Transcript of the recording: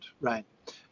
right